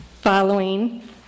Following